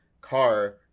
car